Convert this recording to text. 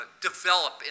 develop